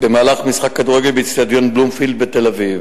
במהלך משחק כדורגל באיצטדיון "בלומפילד" בתל-אביב.